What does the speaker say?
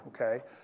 okay